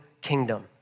kingdom